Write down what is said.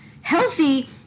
healthy